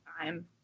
time